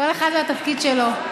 כל אחד והתפקיד שלו.